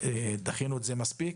דחינו את זה מספיק,